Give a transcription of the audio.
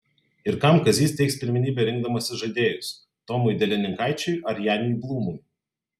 ir kam kazys teiks pirmenybę rinkdamasis žaidėjus tomui delininkaičiui ar janiui blūmui